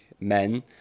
men